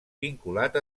vinculat